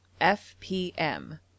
FPM